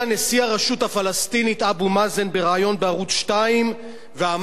נשיא הרשות הפלסטינית אבו מאזן בריאיון בערוץ 2 ואמר: